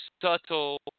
subtle